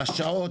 על השעות,